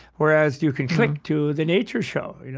whereas, you can click to the nature show. you know